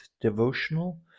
Devotional